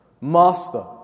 Master